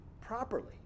properly